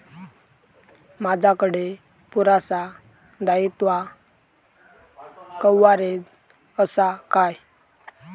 माजाकडे पुरासा दाईत्वा कव्हारेज असा काय?